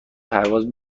پرواز